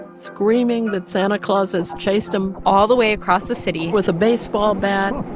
and screaming that santa claus has chased him. all the way across the city. with a baseball bat